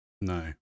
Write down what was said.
No